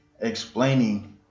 explaining